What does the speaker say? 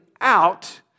out